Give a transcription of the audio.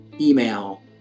email